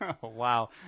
Wow